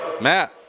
Matt